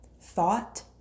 Thought